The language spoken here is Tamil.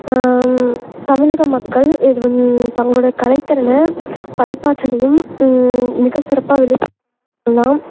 தமிழக மக்கள் இது வந்து தங்களுடைய கலைத்திறனை படைப்பாற்றலையும் மிக சிறப்பாக வெளிப்படுத்தலாம்